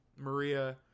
maria